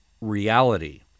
reality